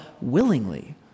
willingly